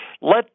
Let